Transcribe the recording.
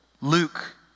Luke